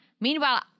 Meanwhile